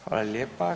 Hvala lijepa.